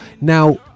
now